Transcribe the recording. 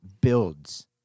builds